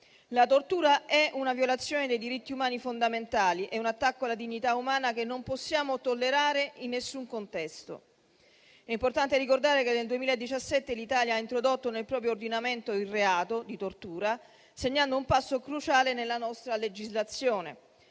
La tortura è una violazione dei diritti umani fondamentali e un attacco alla dignità umana che non possiamo tollerare in nessun contesto. È importante ricordare che nel 2017 l'Italia ha introdotto nel proprio ordinamento il reato di tortura, segnando un passo cruciale nella nostra legislazione.